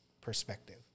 perspective